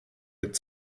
mit